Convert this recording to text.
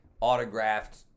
autographed